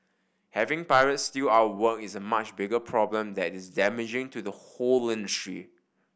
having pirates steal our work is a much bigger problem that is damaging to the whole industry